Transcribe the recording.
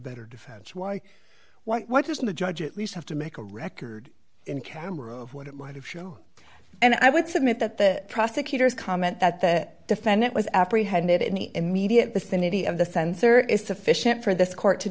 better defense why what doesn't the judge at least have to make a record in camera of what it might have show and i would submit that the prosecutor's comment that that defendant was apprehended in the immediate vicinity of the sensor is sufficient for this court to